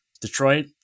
Detroit